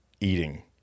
eating